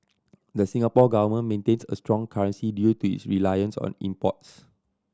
the Singapore Government maintains a strong currency due to its reliance on imports